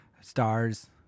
stars